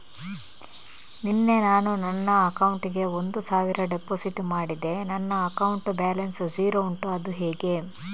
ನಿನ್ನೆ ನಾನು ನನ್ನ ಅಕೌಂಟಿಗೆ ಒಂದು ಸಾವಿರ ಡೆಪೋಸಿಟ್ ಮಾಡಿದೆ ನನ್ನ ಅಕೌಂಟ್ ಬ್ಯಾಲೆನ್ಸ್ ಝೀರೋ ಉಂಟು ಅದು ಹೇಗೆ?